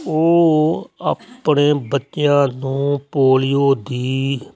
ਉਹ ਆਪਣੇ ਬੱਚਿਆਂ ਨੂੰ ਪੋਲੀਓ ਦੀ